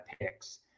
picks